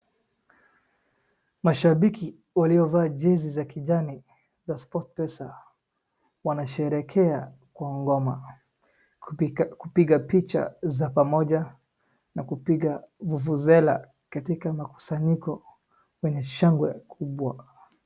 Mashabiki waliovaa jezi za kijani za SportPesa wanasherekea kwa ngoma, kupiga picha za pamoja na kupiga vuvuzela katika makusanyiko kwenye shangwe kubwa.